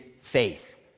faith